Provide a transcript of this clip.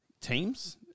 teams